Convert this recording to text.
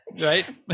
right